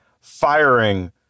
firing